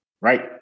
right